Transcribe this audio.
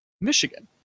Michigan